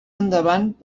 endavant